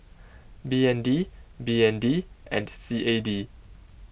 B N D B N D and C A D